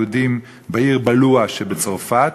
יהודים בעיר בלואה שבצרפת